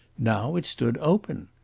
now it stood open!